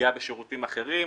לפגיעה בשירותים אחרים,